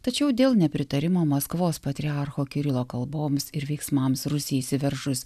tačiau dėl nepritarimo maskvos patriarcho kirilo kalboms ir veiksmams rusijai įsiveržus